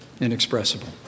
inexpressible